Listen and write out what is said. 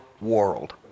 world